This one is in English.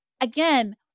again